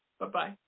Bye-bye